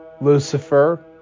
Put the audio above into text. Lucifer